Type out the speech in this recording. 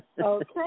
Okay